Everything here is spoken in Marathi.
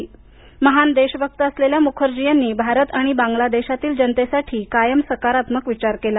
एक महान देशभक्त असलेल्या मुखर्जी यांनी भारत आणि बांगलादेशातील जनतेसाठी कायम सकारात्मक विचार केला